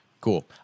Cool